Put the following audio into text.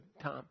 Tom